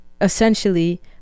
essentially